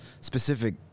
specific